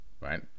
right